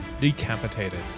decapitated